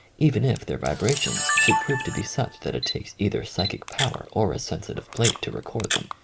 even if their vibrations should prove to be such that it takes either psychic power or a sensitive plate to record them.